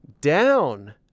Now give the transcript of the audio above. down